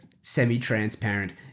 semi-transparent